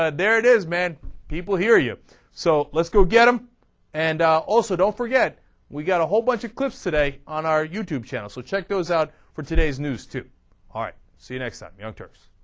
ah there it is bad people here you so let's go get em and ah. also don't forget we got a whole bunch of course today on our youtube channel so check those out for today's news too ah see you next time enters